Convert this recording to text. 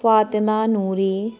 Fatima Noori